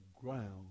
ground